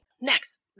next